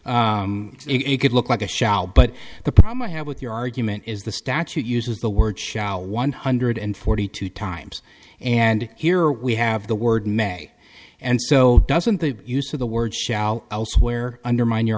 late it could look like a shower but the problem i have with your argument is the statue uses the word shower one hundred forty two times and here we have the word may and so doesn't the use of the word shall elsewhere undermine your